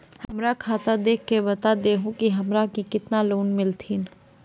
हमरा खाता देख के बता देहु के हमरा के केतना लोन मिलथिन?